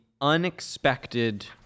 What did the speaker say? unexpected